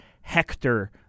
Hector